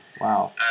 Wow